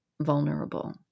vulnerable